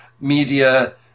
media